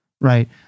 Right